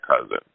cousin